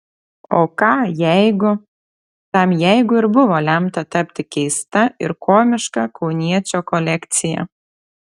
o ką jeigu tam jeigu ir buvo lemta tapti keista ir komiška kauniečio kolekcija